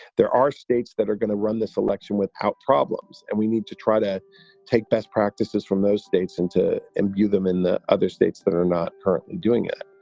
there are states that are going to run this election without problems and we need to try to take best practices from those states and to imbue them in the other states that are not doing it.